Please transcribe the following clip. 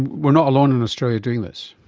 we are not alone in australia doing this?